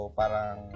parang